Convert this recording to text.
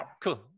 cool